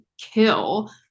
kill